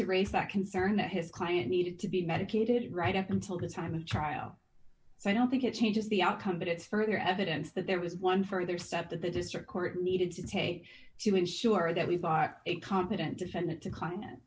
to raise that concern that his client needed to be medicated right up until the time of trial so i don't think it changes the outcome but it's further evidence that there was one further step that the district court needed to take to ensure that we thought a competent defendant